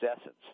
essence